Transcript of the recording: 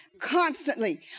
constantly